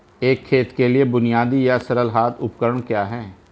एक खेत के लिए बुनियादी या सरल हाथ उपकरण क्या हैं?